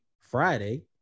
Friday